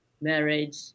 marriage